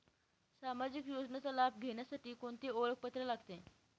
सामाजिक योजनेचा लाभ घेण्यासाठी कोणते ओळखपत्र लागते?